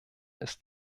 ist